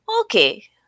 okay